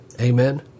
Amen